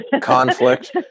conflict